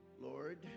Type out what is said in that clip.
Lord